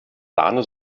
sahne